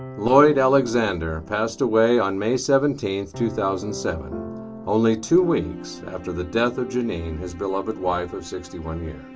lloyd alexander passed away on may seventeen two thousand and seven only two weeks after the death of janine his beloved wife for sixty one years.